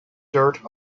dirt